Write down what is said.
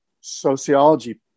sociology